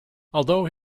although